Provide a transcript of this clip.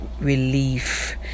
relief